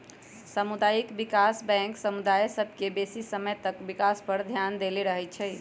सामुदायिक विकास बैंक समुदाय सभ के बेशी समय तक विकास पर ध्यान देले रहइ छइ